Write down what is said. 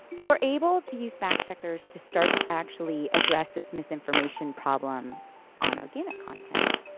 if we're able to use fact checkers to start to actually address this misinformation problem on organic content.